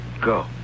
go